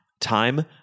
time